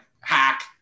hack